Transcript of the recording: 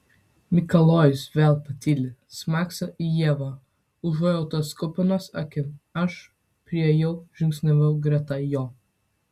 mikalojus vėl patyli smakso į ievą užuojautos kupinom akim aš priėjau žingsniavau greta jo